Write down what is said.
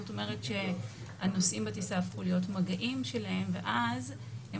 זאת אומרת שהנוסעים בטיסה הפכו להיות מגעים שלהם ואז הם